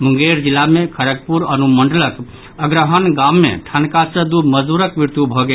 मुंगेर जिला मे खड़गपुर अनुमंडलक अग्रहन गाम मे ठनका सॅ दू मजदूरक मृत्यु भऽ गेल